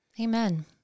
Amen